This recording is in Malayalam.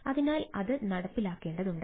അതിനാൽ അത് നടപ്പിലാക്കേണ്ടതുണ്ട്